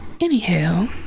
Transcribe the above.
Anyhow